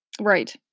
right